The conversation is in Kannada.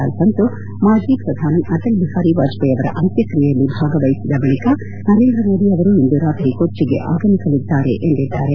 ಅಲ್ಬೆನ್ಲೋ ಮಾಜಿ ಪ್ರಧಾನಿ ಅಟಲ್ ಬಿಹಾರಿ ವಾಜಪೇಯಿ ಅವರ ಅಂತ್ರಕ್ರಿಯೆಯಲ್ಲಿ ಭಾಗವಹಿಸಿದ ಬಳಕ ನರೇಂದ್ರ ಮೋದಿ ಅವರು ಇಂದು ರಾತ್ರಿ ಕೊಚ್ಚಗೆ ಆಗಮಿಸಲಿದ್ದಾರೆ ಎಂದರು